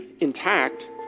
intact